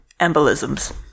embolisms